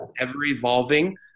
ever-evolving